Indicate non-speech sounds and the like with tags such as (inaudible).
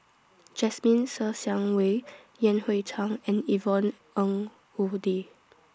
Jasmine Ser Xiang Wei (noise) Yan Hui Chang and Yvonne Ng Uhde